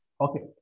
okay